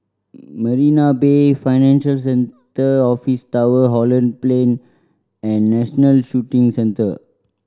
Marina Bay Financial Centre Office Tower Holland Plain and National Shooting Centre